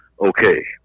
okay